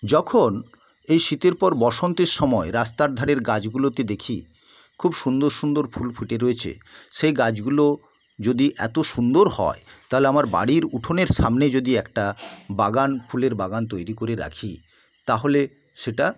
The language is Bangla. যখন এই শীতের পর বসন্তের সময়ে রাস্তার ধারের গাছগুলোতে দেখি খুব সুন্দর সুন্দর ফুল ফুটে রয়েছে সেই গাছগুলো যদি এত সুন্দর হয় তাহলে আমার বাড়ির উঠোনের সামনে যদি একটা বাগান ফুলের বাগান তৈরি করে রাখি তাহলে সেটা